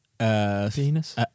Venus